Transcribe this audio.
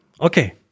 Okay